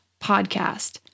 podcast